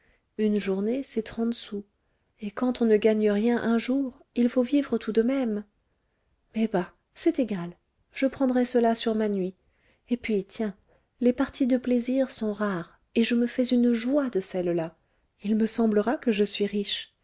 une journée c'est trente sous et quand on ne gagne rien un jour il faut vivre tout de même mais bah c'est égal je prendrai cela sur ma nuit et puis tiens les parties de plaisir sont rares et je me fais une joie de celle-là il me semblera que je suis riche